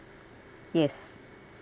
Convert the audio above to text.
yes